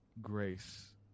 grace